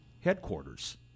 headquarters